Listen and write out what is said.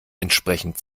entsprechend